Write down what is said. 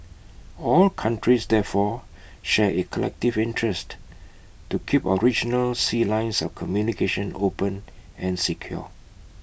all countries therefore share A collective interest to keep our regional sea lines of communication open and secure